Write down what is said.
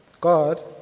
God